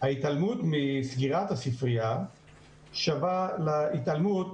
ההתעלמות מסגירת הספרייה שווה להתעלמות